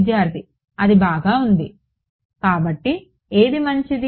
విద్యార్థి అది బాగా ఉంది కాబట్టి ఏది మంచిది